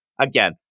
again